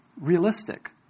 realistic